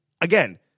again